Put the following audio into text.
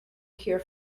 cure